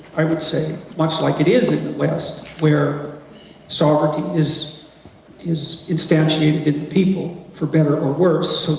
i would say, much like it is in the west where sovereignty is is instantiated into people for better or worse,